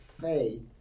faith